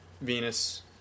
Venus